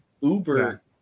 uber